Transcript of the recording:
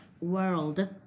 world